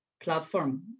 platform